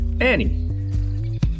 Annie